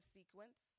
sequence